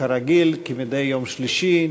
כרגיל מדי יום שלישי,